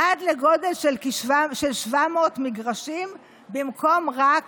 עד לגודל של כ-700 מגרשים במקום רק